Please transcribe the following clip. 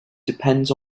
depends